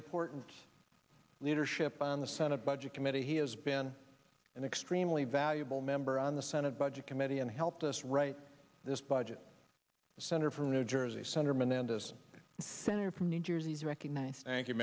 important leadership on the senate budget committee he has been an extremely valuable member on the senate budget committee and helped us write this budget senator from new jersey senator menendez senator from new jersey's recognized thank you